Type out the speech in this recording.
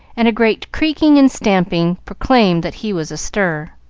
and a great creaking and stamping proclaimed that he was astir.